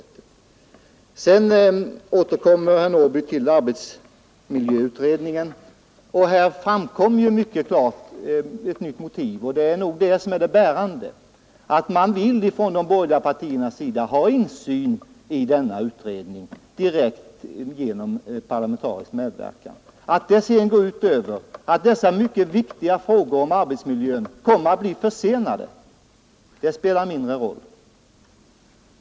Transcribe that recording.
Herr Norrby i Åkersberga återkommer till arbetsmiljöutredningen. Här framkom ett nytt motiv, och det är nog det som är det bärande. De borgerliga partierna vill ha direkt insyn i utredningen genom parlamentariker. Att det sedan går ut över att denna mycket viktiga fråga om arbetsmiljön blir försenad spelar mindre roll.